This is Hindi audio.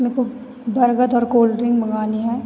मेरे को बर्गद और कोल्ड ड्रिंक मंगानी है